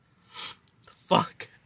Fuck